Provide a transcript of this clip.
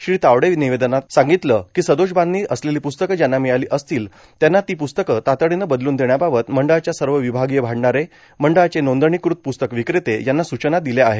श्री तावडे यांनी निवेदनात सांगितलं की सदोष बांधणी असलेली पुस्तकं ज्यांना मिळाली असतील त्यांना ती पुस्तकं तातडीनं बदलूल देण्याबाबत मंडळाच्या सर्व विभागीय भांडारे मंडळाचे नोंदणीकृत पुस्तक विकृते यांना सूचना दिल्या आहेत